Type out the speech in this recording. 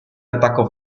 attacco